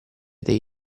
dei